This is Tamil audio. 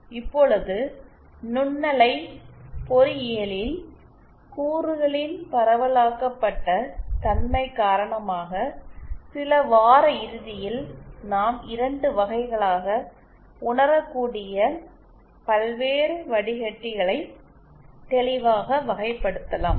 இப்பொழுது நுண்ணலை பொறியியலில் கூறுகளின் பரவலாக்கப்பட்ட தன்மை காரணமாக சில வார இறுதியில் நாம் 2 வகைகளாக உணரக்கூடிய பல்வேறு வடிக்கட்டிகளை தெளிவாக வகைப்படுத்தலாம்